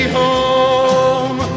home